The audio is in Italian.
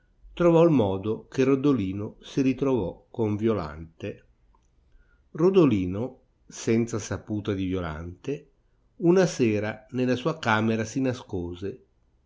trovò il modo che rodolino si ritrovò con violante rodolino senza saputa di violante una sera nella sua camera si nascose